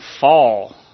fall